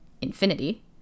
infinity